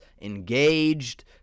engaged